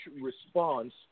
response